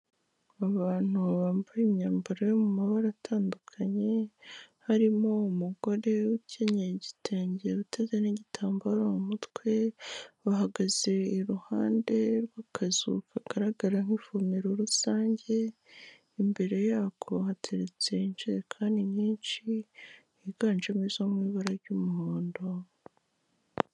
Abantu bambaye imyambaro yo mu mabara atandukanye, harimo umugore ukenyeye igitenge uteze n'igitambaro mu mutwe, bahagaze iruhande rw'akazu kagaragara nk'ivomero rusange, imbere yako hateretse injerekani nyinshi, higanjemo izo mu ibara ry'umuhondo.